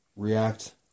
React